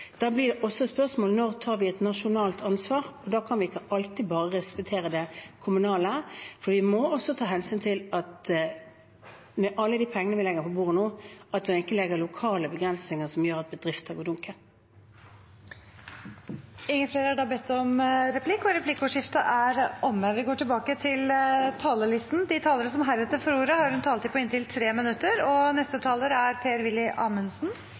Da blir det også et spørsmål om når vi skal ta et nasjonalt ansvar, og da kan vi ikke alltid bare respektere det kommunale. Vi må ta hensyn til at med alle de pengene vi legger på bordet nå, må det ikke legges lokale begrensninger som gjør at bedrifter går dukken. Replikkordskiftet er omme. De talere som heretter får ordet, har en taletid på inntil 3 minutter. I dag ser vi igjen et storting som viser seg fra sin beste side i en krisesituasjon. Det er ingen stor hemmelighet at for Fremskrittspartiets representanter og